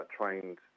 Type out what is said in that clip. trained